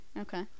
okay